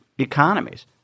Economies